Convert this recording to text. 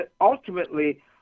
ultimately